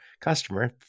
customer